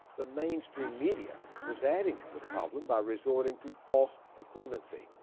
the mainstream media was adding to the problem by resorting to false equivalency,